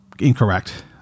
incorrect